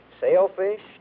Sailfish